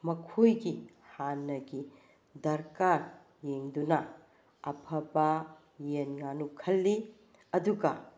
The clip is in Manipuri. ꯃꯈꯣꯏꯒꯤ ꯍꯥꯟꯅꯒꯤ ꯗꯔꯀꯥꯔ ꯌꯦꯡꯗꯨꯅ ꯑꯐꯕ ꯌꯦꯟ ꯉꯥꯅꯨ ꯈꯜꯂꯤ ꯑꯗꯨꯒ